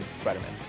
Spider-Man